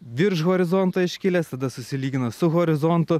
virš horizonto iškilęs tada susilygino su horizontu